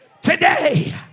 Today